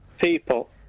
People